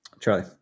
Charlie